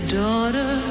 daughter